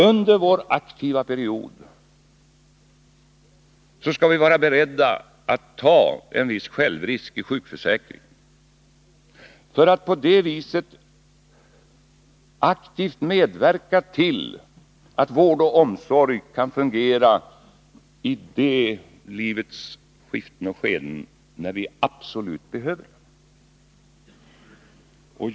Under vår aktiva period skall vi vara beredda att ta en viss självrisk i sjukförsäkringen för att på det viset aktivt medverka till att vården och omsorgen kan fungera i de livets skiften och skeden när vi absolut behöver den.